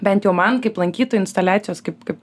bent jau man kaip lankytojui instaliacijos kaip kaip